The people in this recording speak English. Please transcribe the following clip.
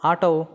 auto